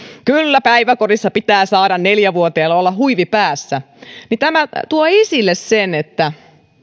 kyllä päiväkodissa pitää saada neljävuotiaalla olla huivi päässä ja tämä tuo esille sen että